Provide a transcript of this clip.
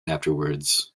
afterwards